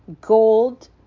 gold